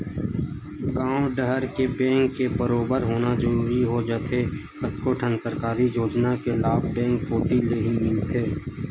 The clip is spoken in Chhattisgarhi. गॉंव डहर के बेंक के बरोबर होना जरूरी हो जाथे कतको ठन सरकारी योजना के लाभ बेंक कोती लेही मिलथे